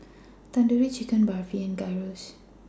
Tandoori Chicken Barfi and Gyros